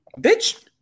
Bitch